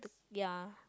ya